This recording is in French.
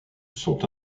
sont